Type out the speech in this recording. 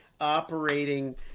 operating